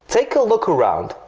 take a look around.